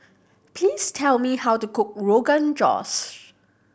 please tell me how to cook Rogan Josh